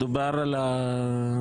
מדובר על הבקשה,